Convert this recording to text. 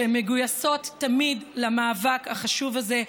שהן מגויסות תמיד למאבק החשוב הזה,